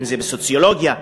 אם בסוציולוגיה,